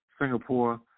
Singapore